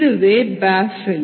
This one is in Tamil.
இதுவே பாஃபில்